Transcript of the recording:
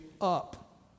up